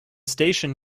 station